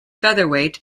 featherweight